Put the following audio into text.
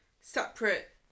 separate